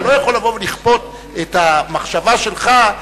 אתה לא יכול לבוא לכפות את המחשבה שלך,